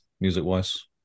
music-wise